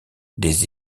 des